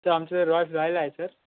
त आमचं Rolls Royal आहे सर